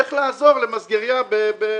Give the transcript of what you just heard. איך לעזור למסגרייה במטולה.